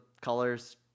colors